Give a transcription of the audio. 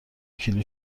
کیلو